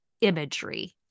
imagery